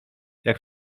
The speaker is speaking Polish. jak